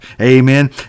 Amen